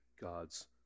God's